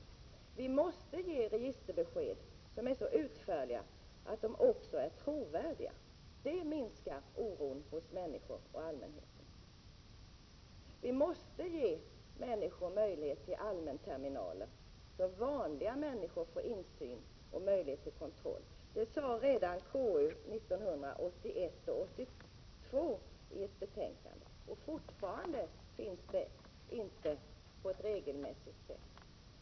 Det måste ges registerbesked som är så utförliga att de blir trovärdiga. Det minskar oron hos allmänheten. Vi måste ge vanliga människor möjlighet att via allmänterminaler få insyn och kontroll. Det sade KU i ett betänkande redan 1981/82, men ännu finns inte någon sådan möjlighet på ett regelmässigt sätt.